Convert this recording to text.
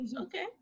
Okay